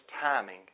timing